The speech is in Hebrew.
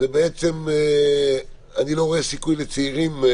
תחושה אני לא רואה סיכוי לצעירים.